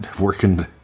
working